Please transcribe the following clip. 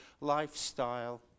lifestyle